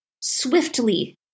swiftly